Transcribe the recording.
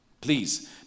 Please